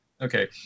Okay